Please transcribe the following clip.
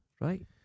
Right